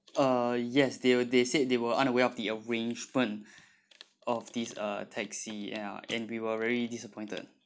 uh yes they were they said they were unaware of the arrangement of this uh taxi and ya and we were very disappointed